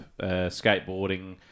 skateboarding